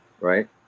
Right